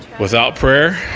without prayer,